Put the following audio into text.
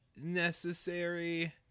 necessary